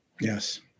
Yes